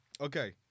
Okay